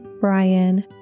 Brian